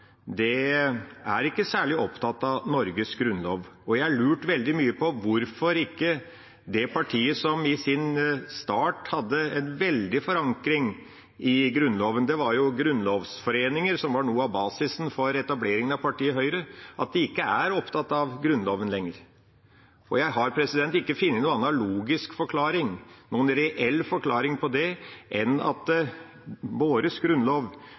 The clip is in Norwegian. er særlig opptatt av Norges Grunnlov, og jeg har lurt veldig mye på hvorfor det partiet som i sin start hadde en veldig forankring i Grunnloven – det var jo grunnlovsforeninger som var noe av basisen for etableringen av partiet Høyre – ikke er opptatt av Grunnloven lenger. Jeg har ikke funnet noen annen logisk og reell forklaring på det enn at Grunnloven vår,